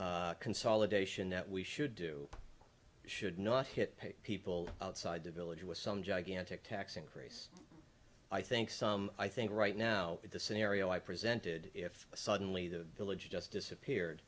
any consolidation that we should do should not hit people outside the village with some gigantic tax increase i think some i think right now the scenario i presented if suddenly the village just disappeared